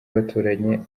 baturanye